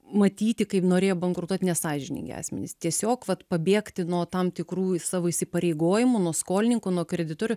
matyti kaip norėjo bankrutuot nesąžiningi asmenys tiesiog vat pabėgti nuo tam tikrų savo įsipareigojimų nuo skolininkų nuo kreditorių